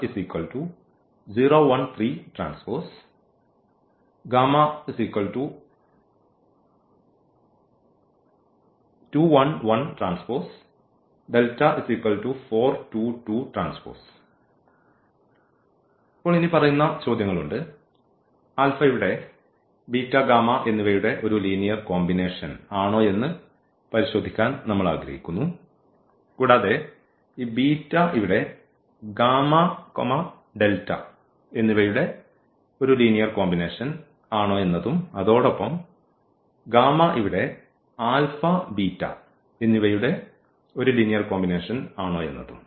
ഇപ്പോൾ ഇനിപ്പറയുന്ന ചോദ്യങ്ങളുണ്ട് ഇവിടെ എന്നിവയുടെ ഒരു ലീനിയർ കോമ്പിനേഷൻ ആണോയെന്ന് പരിശോധിക്കാൻ നമ്മൾ ആഗ്രഹിക്കുന്നു കൂടാതെ ഈ ഇവിടെ എന്നിവയുടെ ഒരു ലീനിയർ കോമ്പിനേഷൻ ആണോയെന്നതും അതോടൊപ്പം ഇവിടെ എന്നിവയുടെ ഒരു ലീനിയർ കോമ്പിനേഷൻ ആണോയെന്നതും